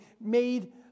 made